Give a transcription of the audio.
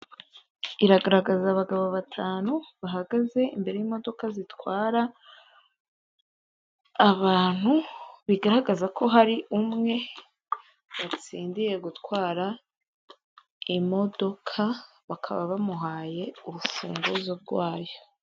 Iragaragaza abagabo batanu, bahagaze imbere y'imodoka zitwara bantu bigaragaza ko hari umwe watsindiye gutwara imodoka bakaba bamuhaye urufunguzo rwayo.